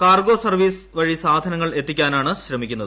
cargo service വഴി സാധനങ്ങൾ എത്തിക്കാനാണ് ശ്രമിക്കുന്നത്